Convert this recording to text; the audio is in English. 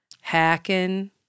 hacking